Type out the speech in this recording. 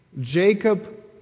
Jacob